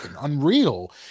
unreal